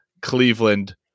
Cleveland